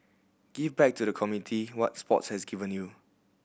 give back to the community what sports has given you